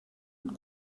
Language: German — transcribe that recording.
und